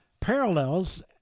parallels